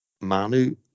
Manu